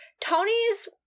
Tony's